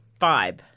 vibe